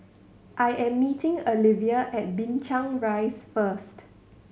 I am meeting Alivia at Binchang Rise first